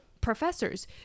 professors